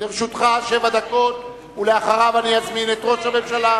לרשותך שבע דקות, ואחריו אני אזמין את ראש הממשלה.